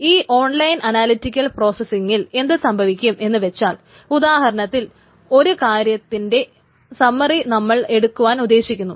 ഈ online analytical പ്രോസ്സസിങ്ങിൽ എന്തു സംഭവിക്കും എന്നു വച്ചാൽ ഉദാഹരണത്തിൽ ഒരു കാര്യത്തിന്റെ സംമ്മറി നമ്മൾ എടുക്കുവാൻ ഉദ്ദേശിക്കുന്നു